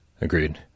Agreed